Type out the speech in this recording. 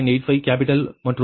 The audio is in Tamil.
85 கேப்பிட்டல் மற்றும் கோணம் 68